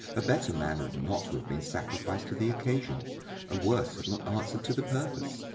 a better man ought not to have been sacrificed to the occasion a worse had not answered to the purpose.